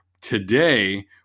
Today